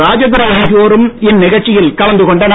ராஜதுரை ஆகியோரும் இந்நிகழ்ச்சியில் கலந்து கொண்டனர்